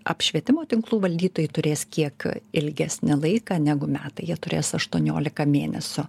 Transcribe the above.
apšvietimo tinklų valdytojai turės kiek ilgesnį laiką negu metai jie turės aštuoniolika mėnesių